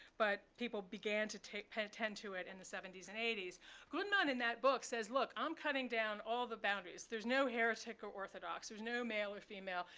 but people began to pay attend to it in the seventy s and eighty s. grundmann, in that book, says, look, i'm cutting down all the boundaries. there's no heretic or orthodox. there's no male or female.